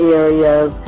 areas